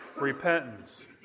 repentance